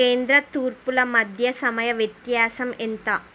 కేంద్ర తూర్పుల మధ్య సమయ వ్యత్యాసం ఎంత